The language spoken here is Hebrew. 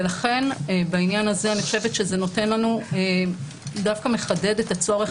ולכן בעניין הזה אני חושבת שזה דווקא מחדד את הצורך